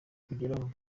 kugeraho